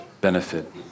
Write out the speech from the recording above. benefit